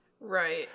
Right